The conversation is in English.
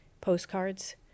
postcards